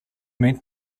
meant